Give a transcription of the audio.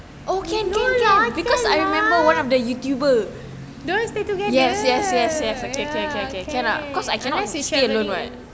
no lah can lah dia orang stay together ya can unless we share